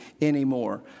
anymore